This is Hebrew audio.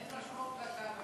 אין משמעות להצעת,